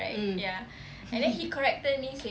mm